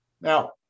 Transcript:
Now